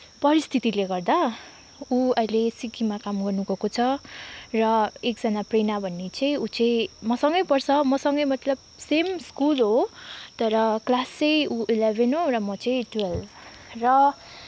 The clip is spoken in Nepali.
परिस्थितिले गर्दा ऊ अहिले सिक्किममा काम गर्न गएको छ र एकजना प्रेरणा भन्ने चाहिँ ऊ चाहिँ मसँगै पढ्छ मसँगै मतलब सेम स्कुल हो तर क्लास चाहिँ उ इलेभेन हो र म चाहिँ टुवेल्भ र